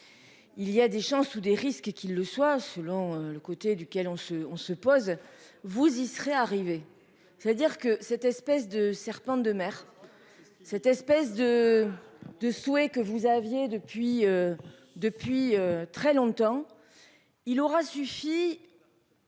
Il y a des chances ou des risques qu'ils le soient selon le côté duquel on se, on se pose. Vous y serez arrivé j'allais dire que cette espèce de serpent de mer. Cette espèce de de souhait que vous aviez depuis. Depuis très longtemps. Il aura suffi.